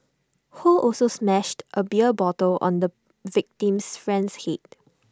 ho also smashed A beer bottle on the victim's friend's Head